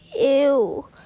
Ew